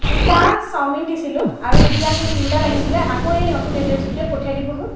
দুটা চাউমিন দিছিলোঁ আৰু এতিয়া মোক তিনিটা লাগিছিলে আকৌ এই নতুন এড্ৰেছটোতে পঠিয়াই দিবচোন